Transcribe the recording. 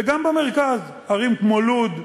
וגם במרכז, ערים כמו לוד ואחרות.